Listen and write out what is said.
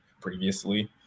previously